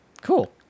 cool